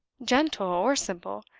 gentle or simple,